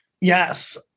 Yes